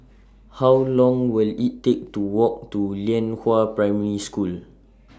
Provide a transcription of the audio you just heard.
How Long Will IT Take to Walk to Lianhua Primary School